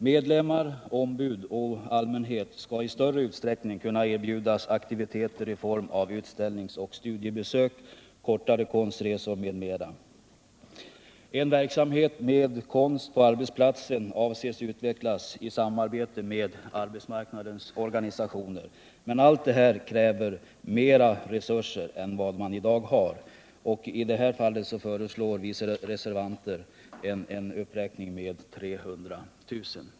Medlemmar, ombud och allmänhet skall i större utsträckning kunna erbjudas aktiviteter i form av utställningsoch studiebesök, kortare konstresor m.m. En verksamhet med konst på arbetsplatsen avses utvecklas i samarbete med arbetsmarknadens organisationer. Men allt detta kräver större resurser än man i dag har, och i detta fall föreslår vi reservanter en uppräkning med 300 000 kr.